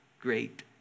great